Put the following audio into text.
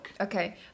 Okay